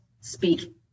speak